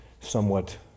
somewhat